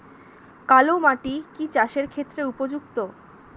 কালো মাটি কি চাষের ক্ষেত্রে উপযুক্ত?